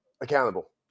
accountable